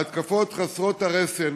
ההתקפות חסרות הרסן